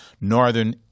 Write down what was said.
northern